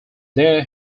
there